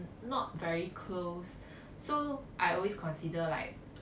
not very close so I always consider like